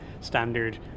standard